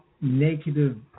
negative